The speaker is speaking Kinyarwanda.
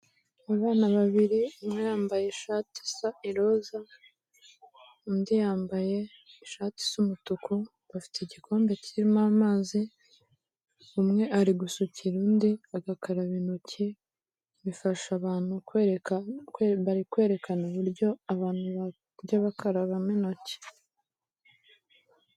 Abana babiri umwe yambaye ishati isa iroza undi yambaye ishati is umutuku bafite igikombe kirimo amazi, umwe ari gusukira undi agakaraba intoki bifasha abantu kwereka bari kwerekana uburyo abantu bajya bakarabamo intoki.